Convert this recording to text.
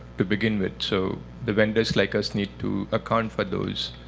to begin with. so the vendors like us need to account for those